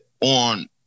on